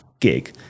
gig